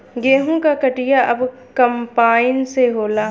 गेंहू क कटिया अब कंपाइन से होला